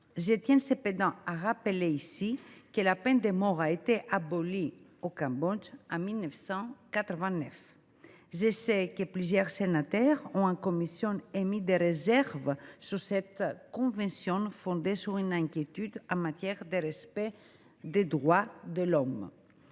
cependant à rappeler que la peine de mort a été abolie au Cambodge en 1989. Je sais que plusieurs sénateurs ont émis en commission des réserves sur cette convention, fondées sur une inquiétude en matière de respect des droits de l’homme.